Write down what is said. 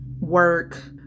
work